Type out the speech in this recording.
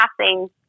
passing